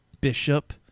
Bishop